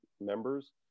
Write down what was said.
members